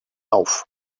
auf